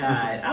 God